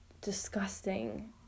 disgusting